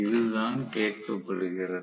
இதுதான் கேட்கப்படுகிறது